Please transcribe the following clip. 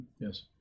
Yes